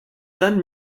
than